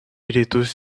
rytus